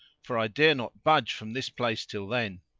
for i dare not budge from this place till then.